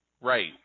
Right